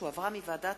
שהחזירה ועדת